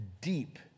deep